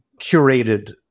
curated